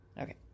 Okay